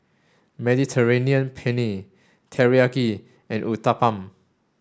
Mediterranean Penne Teriyaki and Uthapam